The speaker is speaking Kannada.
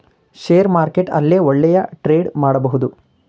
ಷೇರ್ ಮಾರ್ಕೆಟ್ ಅಲ್ಲೇ ಒಳ್ಳೆಯ ಟ್ರೇಡ್ ಮಾಡಬಹುದು